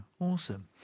awesome